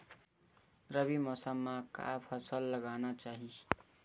रबी मौसम म का फसल लगाना चहिए?